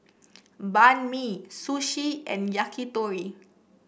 Banh Mi Sushi and Yakitori